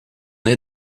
est